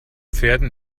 pferden